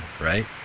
right